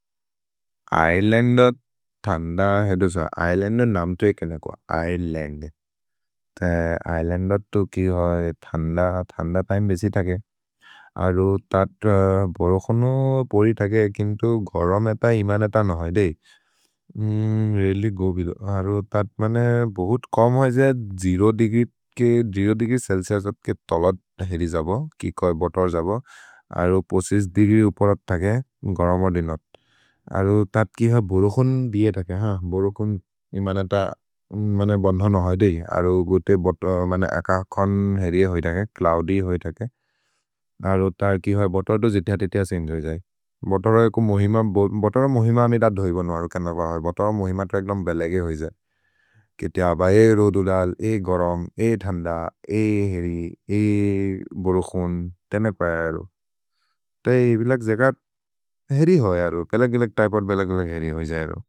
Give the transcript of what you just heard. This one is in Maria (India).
ऐलेन्दत् थन्द हेदु सा, ऐलेन्दत् नाम् तो एके नकुअ, ऐलेन्दत् तो कि होइ थन्द तिमे बेसि थके। अरु तत् बोरोखनु पोरि थके किन्तु घरमे त इमने त नहैदेइ अरु तत् मने बोहुत् कम् होइ जे शून्य देग्री चेल्चिउस् के तलद् हेदि जब कि कोइ बोतर् जब। अरु बीस पाँच देग्री उपरत् थके घरम दिनत् अरु तत् कि होइ बोरोखनु दिये थके हान् बोरोखनु इमने त मने बन्धनु नहैदेइ। अरु गुते बोत मने अक खन् हेदि होइ थके च्लोउद्य् होइ थके अरु त कि होइ बोतर् तो जिति हति तिहसि इन्जोइ जै बोतर एकु मोहिम। भोतर मोहिम अमे दध् होइ बोनो अरु केन्द बहर् बोतर मोहिम तो एक्लम् बेलेगे होइ जे के तिअ बहे रोदु दल्, ए घरम्, ए थन्द, ए हेरि, ए बोरोखन्। तेमेक् बय अरु त ए बिलग् जेगत् हेरि होइ अरु, बिलग् बिलग् तैपद् बिलग् बिलग् हेरि होइ जै अरु।